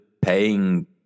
paying